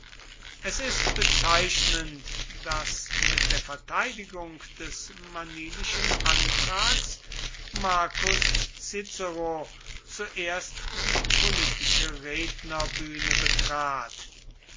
es ist bezeichnend daß mit der verteidigung des manilischen antrags marcus cicero zuerst die politische rednerbühne betrat